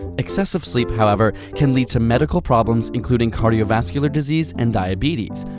excessive sleep, however, can lead to medical problems including cardiovascular disease and diabetes.